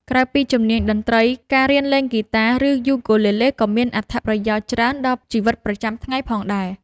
ក្រៅពីជំនាញតន្ត្រី ការរៀនលេងហ្គីតា ឬ យូគូលេលេ ក៏មានអត្ថប្រយោជន៍ច្រើនដល់ជីវិតប្រចាំថ្ងៃផងដែរ។